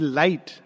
light